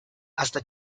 hasta